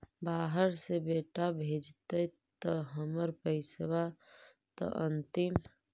बाहर से बेटा भेजतय त हमर पैसाबा त अंतिम?